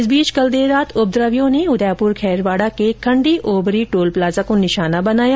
इस बीच कल देर रात उपद्रवियों ने उदयपुर खैरवाड़ा के खंडी ओबरी टोल प्लाजा को निशाना बनाया